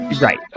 Right